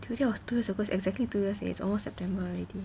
dude that was two years ago it's exactly two years it's almost september already